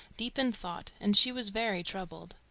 deep in thought and she was very troubled.